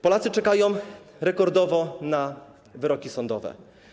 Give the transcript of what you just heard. Polacy czekają rekordowo na wyroki sądowe.